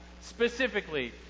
specifically